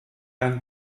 and